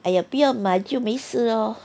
哎呀不要买就没事 lor